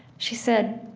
she said,